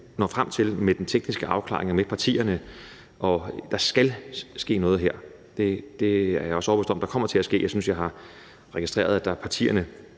når frem til ved den tekniske afklaring og sammen med partierne, skal der ske noget her. Jeg er også overbevist om, at der kommer til at ske noget. Jeg synes, at jeg har registreret det blandt partierne.